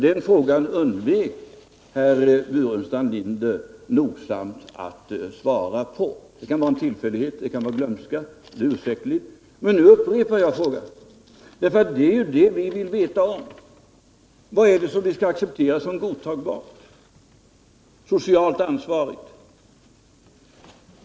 Den frågan undvek herr Burenstam Linder nogsamt att svara på. Det kan vara en tillfällighet, det kan vara glömska. Det är ursäktligt. Men nu upprepar jag frågan. Det är ju det vi vill veta: Vad är det vi skall acceptera som godtagbart, såsom ansvarigt?